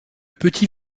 petit